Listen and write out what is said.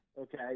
Okay